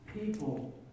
people